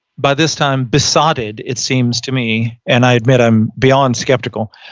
by this time besotted, it seems to me and i admit i'm beyond skeptical.